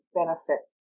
benefit